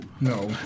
No